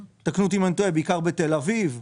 בעיקר בתל אביב,